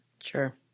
Sure